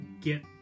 get